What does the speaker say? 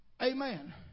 Amen